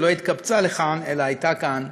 שלא התקבצה לכאן אלא הייתה כאן,